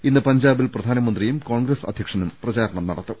ഇന്ന് പഞ്ചാബിൽ പ്രധാനമന്ത്രിയും കോൺഗ്രസ് അധ്യക്ഷനും പ്രചാരണം നടത്തും